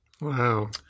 Wow